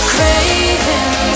Craving